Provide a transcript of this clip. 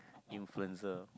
influencer